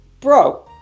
bro